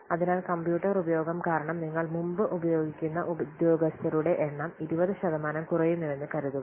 അതിനാൽ കമ്പ്യൂട്ടർ ഉപയോഗം കാരണം നിങ്ങൾ മുമ്പ് ഉപയോഗിക്കുന്ന ഉദ്യോഗസ്ഥരുടെ എണ്ണം 20 ശതമാനം കുറയുന്നുവെന്ന് കരുതുക